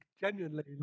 genuinely